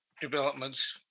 developments